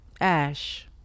ash